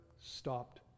stopped